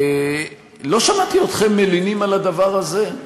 ולא שמעתי אתכם מלינים על הדבר הזה,